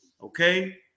Okay